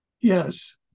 Yes